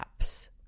apps